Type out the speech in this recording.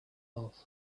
love